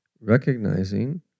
recognizing